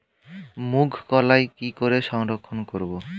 মুঘ কলাই কি করে সংরক্ষণ করব?